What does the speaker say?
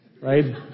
right